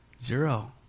Zero